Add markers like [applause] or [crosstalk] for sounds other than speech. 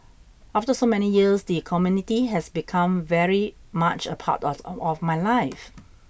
after so many years the community has become very much a part of [noise] my life